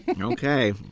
Okay